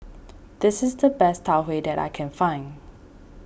this is the best Tau Huay that I can find